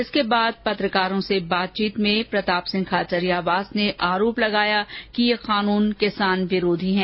इसके बाद पत्रकारों से बातचीत में प्रताप सिंह खाचरियावास ने आरोप लगाया कि ये कानून किसान विरोधी हैं